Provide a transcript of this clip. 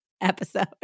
episode